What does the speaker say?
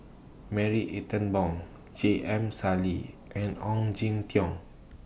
Marie Ethel Bong J M Sali and Ong Jin Teong